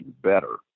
better